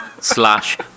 slash